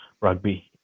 rugby